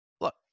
look